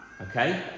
okay